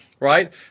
Right